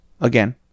Again